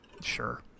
Sure